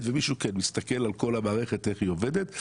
ומישהו כן מסתכל על כל המערכת איך היא עובדת,